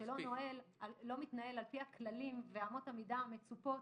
שלא מתנהל לפי הכללים ואמות המידה המצופות,